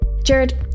Jared